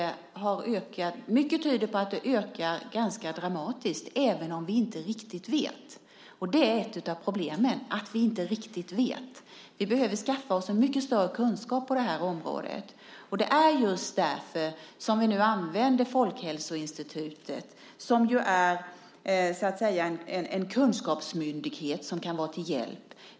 Mycket tyder på att det ökar ganska dramatiskt även om vi inte riktigt vet. Det är ett av problemen - att vi inte riktigt vet. Vi behöver skaffa oss mycket större kunskap på det här området. Det är just därför som vi nu använder Folkhälsoinstitutet, som ju är en kunskapsmyndighet som kan vara till hjälp.